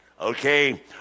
okay